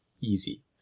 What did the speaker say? easy